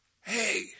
hey